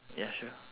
ya sure